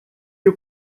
you